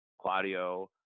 claudio